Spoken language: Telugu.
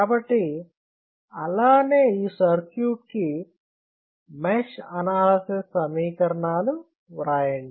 కాబట్టి అలానే ఈ సర్క్యూట్ కి మెష్ అనాలసిస్ సమీకరణాలు వ్రాయండి